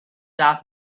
rap